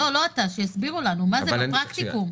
לא, לא אתה, שיסבירו לנו, מה זה בפרקטיקום.